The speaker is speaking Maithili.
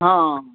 हम